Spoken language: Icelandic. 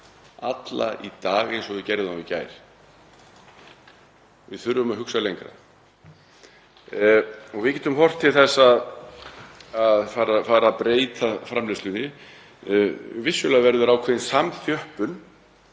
hluti í dag eins og við gerðum þá í gær. Við þurfum að hugsa lengra. Við getum horft til þess að breyta framleiðslunni. Vissulega verður ákveðin samþjöppun